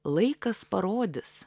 laikas parodys